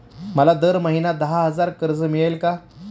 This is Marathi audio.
मला दर महिना दहा हजार कर्ज मिळेल का?